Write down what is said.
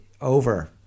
over